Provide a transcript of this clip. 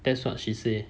that's what she say